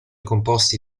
composti